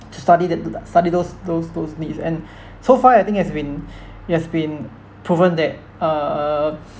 to study that to that study those those those needs and so far I think it has been it has been proven that uh uh